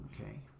okay